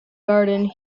garden